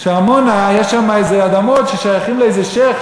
יש שם איזה אדמות ששייכות לאיזה שיח',